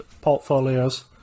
portfolios